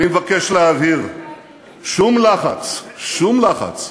אני גם לא רואה שום לחץ על